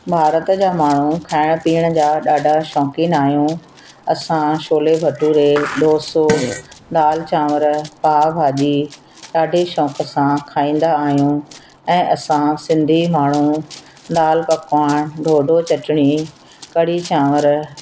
भारत जा माण्हू खाइण पीअण जा ॾाढा शौक़ीन आहियूं असां शोले भटूरे डोसो दाल चांवर पाव भाजी ॾाढे शौक़ सां खाईंदा आहियूं ऐं असां सिंधी माण्हू दाल पकवान ॾोढो चटणी कढ़ी चांवर